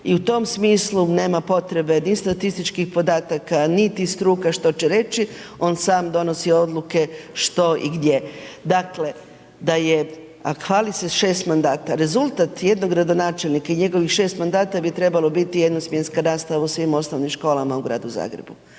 i u tom smislu nema potrebe ni statističkih podataka, niti struka što će reći, on sam donosi odluke što i gdje. Dakle, da je, a hvali se šest mandata, rezultat jednog gradonačelnika i njegovih šest mandata bi trebalo biti jednosmjenska nastava u svim osnovnim školama u Gradu Zagrebu,